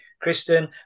Kristen